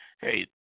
hey